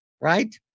right